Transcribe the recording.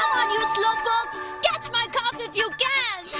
um you slowpokes, catch my calf if you can!